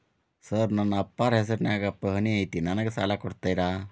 Sir ನನ್ನ ಅಪ್ಪಾರ ಹೆಸರಿನ್ಯಾಗ್ ಪಹಣಿ ಐತಿ ನನಗ ಸಾಲ ಕೊಡ್ತೇರಾ?